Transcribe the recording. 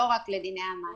לא רק לדיני המס.